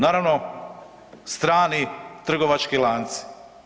Naravno, strani trgovački lanci.